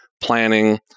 planning